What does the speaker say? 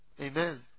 Amen